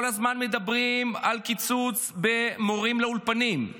כל הזמן מדברים על קיצוץ במורים לאולפנים.